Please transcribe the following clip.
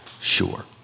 sure